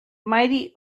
mighty